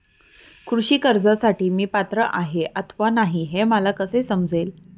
कृषी कर्जासाठी मी पात्र आहे अथवा नाही, हे मला कसे समजेल?